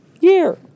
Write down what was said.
year